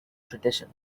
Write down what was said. tradition